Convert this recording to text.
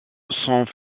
sans